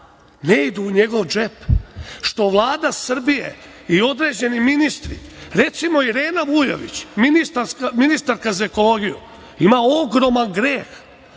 ne idu u njegov džep, što Vlada Srbije i određeni ministri. Recimo, Irena Vujović, ministarka za ekologiju ima ogroman greh,